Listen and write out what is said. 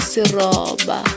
Siroba